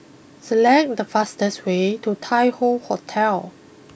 select the fastest way to Tai Hoe Hotel